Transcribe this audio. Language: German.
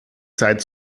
zeit